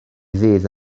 ddydd